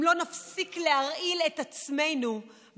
אם לא נפסיק להרעיל את עצמנו בפינו,